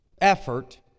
effort